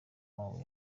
wabo